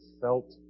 felt